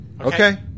Okay